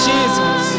Jesus